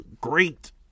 great